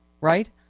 right